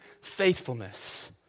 faithfulness